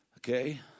Okay